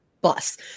bus